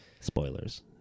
Spoilers